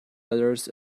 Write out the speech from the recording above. letters